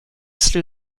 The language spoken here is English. slew